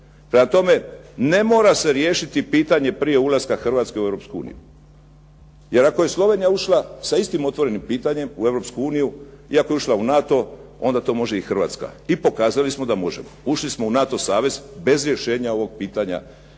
Prema tome, ne mora se riješiti pitanje prije ulaska Hrvatske u Europsku uniju. Jer ako je Slovenija ušla sa istim otvorenim pitanjem u Europsku uniju i ako je ušla u NATO onda to može i Hrvatska. I pokazali smo da možemo. Ušli smo u NATO savez bez rješenja ovog pitanja